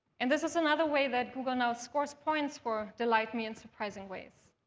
and this is another way that google now scores points for delight me in surprising ways.